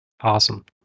Awesome